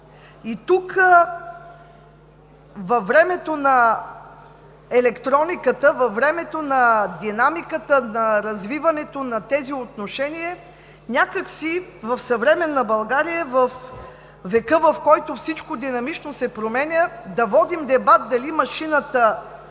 от тях. Във времето на електрониката, във времето на динамиката, във времето на развиването на тези отношения някак си в съвременна България, във века, в който всичко динамично се променя, да водим дебат дали машината